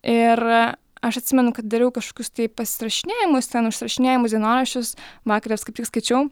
ir aš atsimenu kad dariau kažkius tai pasirašinėjimus ten užsirašinėjimus dienoraščius vakar juos kaip tik skaičiau